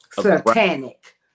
satanic